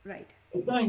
Right